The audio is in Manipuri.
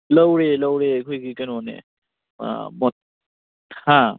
ꯂꯧꯔꯦ ꯂꯧꯔꯦ ꯑꯩꯈꯣꯏꯒꯤ ꯀꯩꯅꯣꯅꯦ ꯍꯥ